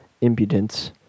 impudence